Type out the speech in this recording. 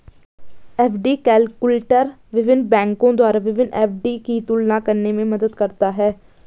FD calculator विभिन्न बैंकों द्वारा विभिन्न एफ.डी की तुलना करने में मदद करता है